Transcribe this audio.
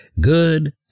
Good